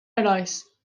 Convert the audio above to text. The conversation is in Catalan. herois